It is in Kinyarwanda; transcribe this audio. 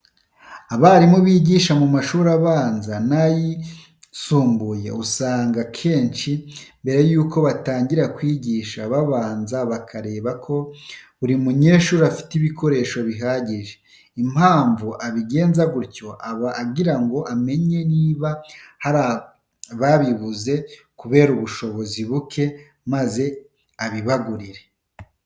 Abarimu bigisha mu mashuri abanza n'ayisumbuye, usanga akenshi mbere yuko batangira kwigisha babanza bakareba ko buri munyeshuri afite ibikoresho bihagije. Impamvu abigenza gutya, aba agira ngo amenye niba hari ababibuze kubera ubushobozi buke maze abibagurire.